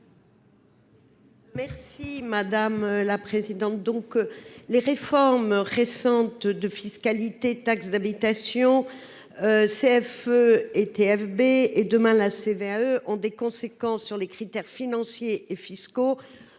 Merci madame la présidente, donc les réformes récentes de fiscalité, taxe d'habitation CFE-était FB et demain la CVAE ont des conséquences sur les critères financiers et fiscaux